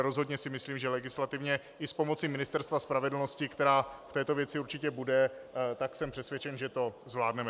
Rozhodně si ale myslím, že to legislativně i s pomocí Ministerstva spravedlnosti, která v této věci určitě bude, jsem přesvědčen, zvládneme.